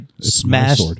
smash